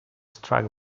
struck